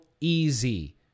easy